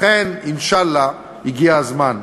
לכן, אינשאללה, הגיע הזמן.